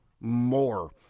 more